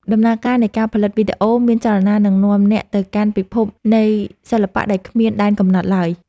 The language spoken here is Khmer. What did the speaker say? ដំណើរការនៃការផលិតវីដេអូមានចលនានឹងនាំអ្នកទៅកាន់ពិភពនៃសិល្បៈដែលគ្មានដែនកំណត់ឡើយ។